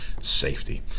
safety